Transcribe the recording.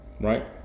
right